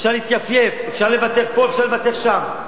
אפשר להתייפייף, אפשר לוותר פה ואפשר לוותר שם.